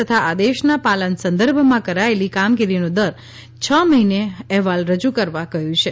તથા આદેશના પાલન સંદર્ભમાં કરાયેલી કામગીરીનો દર છ મહિને અહેવાલ રજૂ કરવા કહ્યું છે